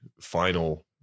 final